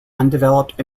undeveloped